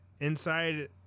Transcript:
Inside